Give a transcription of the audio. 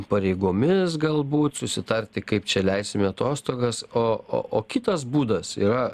pareigomis galbūt susitarti kaip čia leisime atostogas o o kitas būdas yra